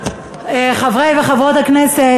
חברי וחברות הכנסת,